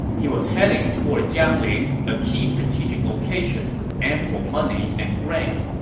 he was heading toward jiangling, a key strategic location with ample money and grain.